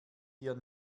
hier